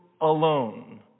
alone